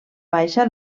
baixa